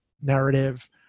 narrative